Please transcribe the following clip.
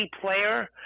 player